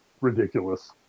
ridiculous